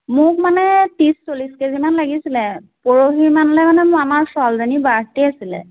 মোক মানে ত্ৰিছ চল্লিছ কেজিমান লাগিছিলে পৰহি মানলেে মানে মোৰ আমাৰ ছোৱালীজনীৰ বাৰ্থডে আছিলে